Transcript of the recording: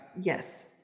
Yes